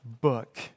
book